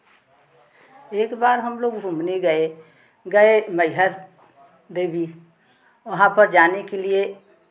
एक बार हम लोग घूमने गए गए मइहर देवी वहाँ पर जाने के लिए